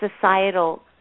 societal